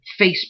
Facebook